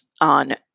on